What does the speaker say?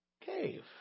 cave